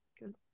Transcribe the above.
Good